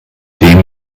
dem